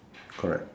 correct